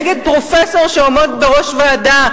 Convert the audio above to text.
נגד פרופסור שעומד בראש ועדה,